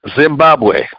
Zimbabwe